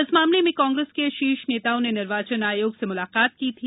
इस मामले में कांग्रेस के शीर्ष नेताओं ने निर्वाचन आयोग से मुलाकात की थी